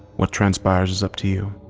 what transpires is up to you.